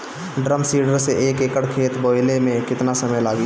Drum seeder से एक एकड़ खेत बोयले मै कितना समय लागी?